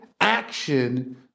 action